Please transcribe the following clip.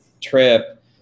trip